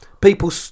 people